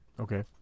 Okay